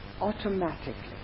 automatically